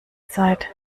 zeit